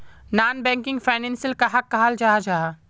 Non banking financial कहाक कहाल जाहा जाहा?